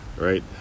Right